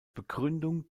begründung